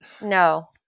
No